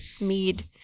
mead